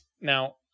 Now